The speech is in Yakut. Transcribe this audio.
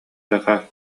захар